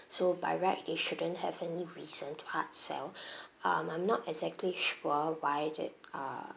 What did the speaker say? so by right they shouldn't have any reason to hard sell um I'm not exactly sure why did uh